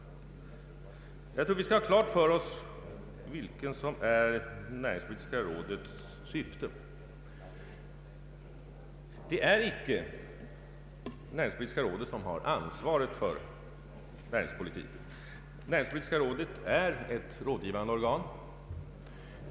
Jag tror vi skall göra klart för oss vad som är näringspolitiska rådets syfte. Näringspolitiska rådet har inte ansvaret för näringspolitiken. Näringspolitiska rådet är ett rådgivande organ.